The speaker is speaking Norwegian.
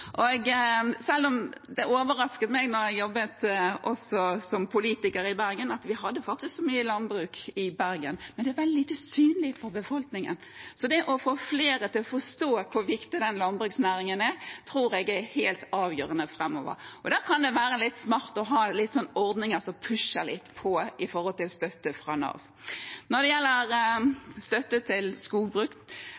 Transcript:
Det overrasket meg da jeg jobbet som politiker i Bergen, at vi faktisk hadde mye landbruk i Bergen, men det var lite synlig for befolkningen. Så det å få flere til å forstå hvor viktig landbruksnæringen er, tror jeg er helt avgjørende framover. Det kan være litt smart å ha noen ordninger som pusher litt på med hensyn til støtte fra Nav. Når det gjelder